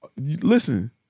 listen